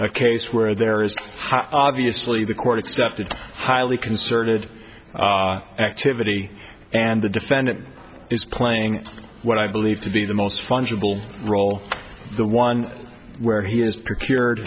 a case where there is obviously the court accepted highly concerted activity and the defendant is playing what i believe to be the most fungible role the one where he is procured